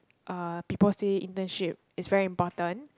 uh people say internship is very important